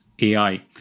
AI